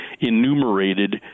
enumerated